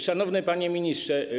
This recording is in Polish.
Szanowny Panie Ministrze!